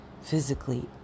physically